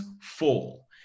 fall